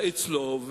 אצלו.